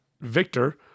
Victor